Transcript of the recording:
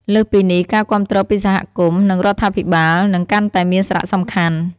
លើសពីនេះ ការគាំទ្រពីសហគមន៍ និងរដ្ឋាភិបាល នឹងកាន់តែមានសារៈសំខាន់។